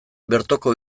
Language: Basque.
bertoko